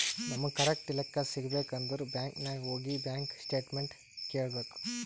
ನಮುಗ್ ಕರೆಕ್ಟ್ ಲೆಕ್ಕಾ ಸಿಗಬೇಕ್ ಅಂದುರ್ ಬ್ಯಾಂಕ್ ನಾಗ್ ಹೋಗಿ ಬ್ಯಾಂಕ್ ಸ್ಟೇಟ್ಮೆಂಟ್ ಕೇಳ್ಬೇಕ್